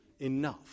Enough